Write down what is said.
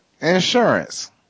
Insurance